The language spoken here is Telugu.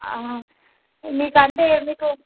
మీకంటే మీకు